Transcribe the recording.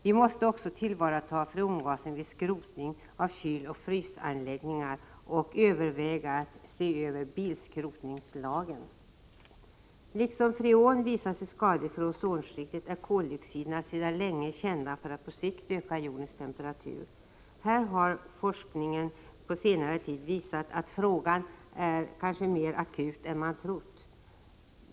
Vi måste också tillvarata freongas vid skrotning av kyloch frysanläggningar och överväga att se över bilskrotningslagen. Liksom freon har visat sig skadligt för ozonskiktet är koldioxiderna sedan länge kända för att på sikt öka jordens temperatur. Här har forskningen på senare tid visat att frågan kanske är mer akut än man trott.